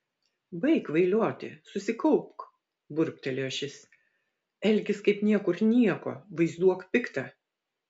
baik kvailioti susikaupk burbtelėjo šis elkis kaip niekur nieko vaizduok piktą